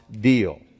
deal